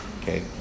okay